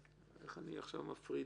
איך אני מפריד?